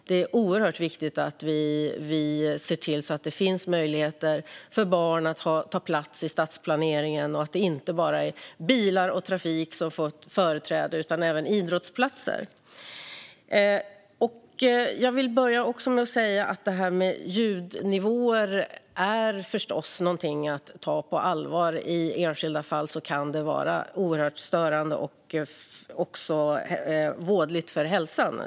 Det är oerhört viktigt att vi ser till att det finns möjligheter för barn att ta plats i stadsplaneringen och att det inte bara är bilar och trafik som får företräde utan även idrottsplatser. Jag vill säga att detta med ljudnivåer förstås är någonting att ta på allvar. I enskilda fall kan det vara oerhört störande och även vådligt för hälsan.